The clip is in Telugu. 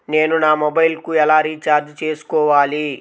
నేను నా మొబైల్కు ఎలా రీఛార్జ్ చేసుకోవాలి?